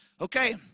Okay